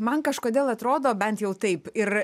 man kažkodėl atrodo bent jau taip ir